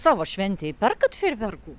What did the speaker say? savo šventei perkat fejerverkų